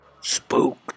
Spooked